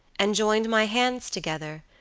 and joined my hands together,